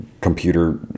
computer